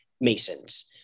Masons